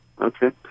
okay